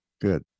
Good